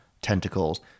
tentacles